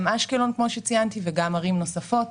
גם באשקלון וגם בערים נוספות.